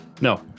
No